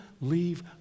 leave